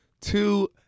Two